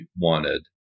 wanted